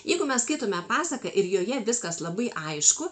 jeigu mes skaitome pasaką ir joje viskas labai aišku